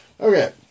Okay